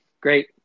Great